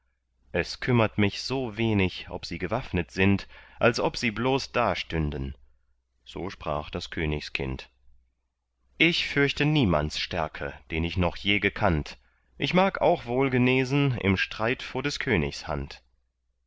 es kümmert mich so wenig ob sie gewaffnet sind als ob sie bloß da stünden so sprach das königskind ich fürchte niemands stärke den ich noch je gekannt ich mag auch wohl genesen im streit vor des königs hand